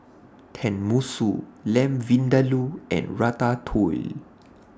Tenmusu Lamb Vindaloo and Ratatouille